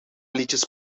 liedjes